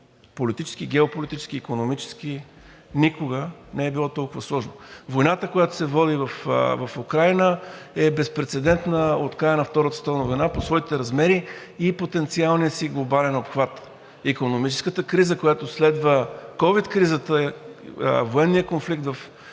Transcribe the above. политически, геополитически, икономически. Никога не е било толкова сложно! Войната, която се води в Украйна, е безпрецедентна от края на Втората световна война по своите размери и потенциалния си глобален обхват. Икономическата криза, която следва ковид кризата, военният конфликт в Украйна,